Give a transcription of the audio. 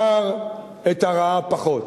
בחר את הרעה פחות.